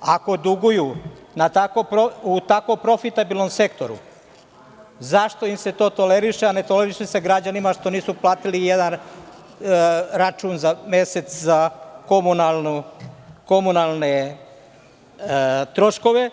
Ako duguju u tako profitabilnom sektoru, zašto im se to toleriše a ne toleriše se građanima što nisu platili jedan račun za mesec za komunalne troškove